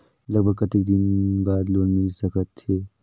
लगभग कतेक दिन बार लोन मिल सकत हे?